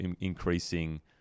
increasing